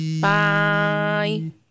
Bye